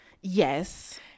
Yes